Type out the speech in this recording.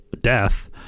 death